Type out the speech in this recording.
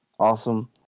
awesome